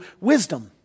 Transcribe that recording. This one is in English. wisdom